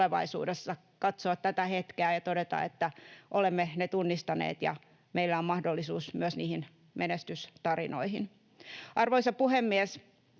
tulevaisuudessa katsoa tätä hetkeä ja todeta, että olemme ne tunnistaneet ja meillä on mahdollisuus myös niihin menestystarinoihin. Arvoisa puhemies!